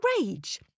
rage